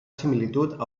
similitud